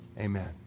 Amen